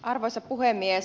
arvoisa puhemies